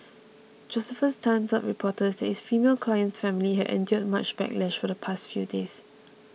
Josephus Tan told reporters that his female client's family had endured much backlash for the past few days